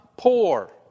Poor